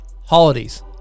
holidays